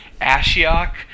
Ashiok